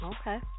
okay